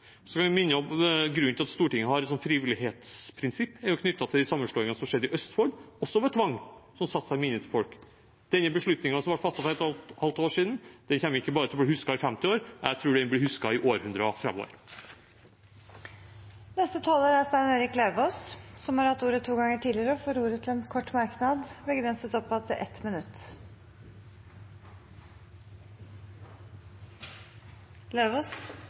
Så vil jeg minne om at grunnen til at Stortinget har et sånt frivillighetsprinsipp, er knyttet til de sammenslåingene som skjedde i Østfold – også ved tvang – som satte seg i minnet til folk. Denne beslutningen, som ble fattet for ett og et halvt år siden, kommer ikke bare til å bli husket i 50 år, jeg tror den vil bli husket i århundrer framover. Representanten Stein Erik Lauvås har hatt ordet to ganger tidligere og får ordet til en kort merknad, begrenset til